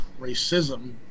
racism